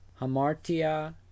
hamartia